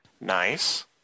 Nice